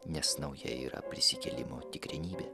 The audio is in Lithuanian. nes nauja yra prisikėlimo tikrenybė